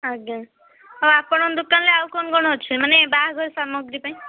ଆଜ୍ଞା ହଉ ଆପଣଙ୍କ ଦୋକାନରେ ଆଉ କ'ଣ କ'ଣ ଅଛି ମାନେ ବାହାଘର ସାମଗ୍ରୀ ପାଇଁ